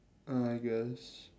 uh I guess